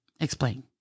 Explain